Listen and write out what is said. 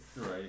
Right